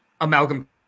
Amalgam